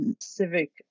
Civic